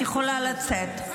את יכולה לצאת,